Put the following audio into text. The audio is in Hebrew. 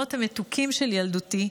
מהזיכרונות המתוקים של ילדותי: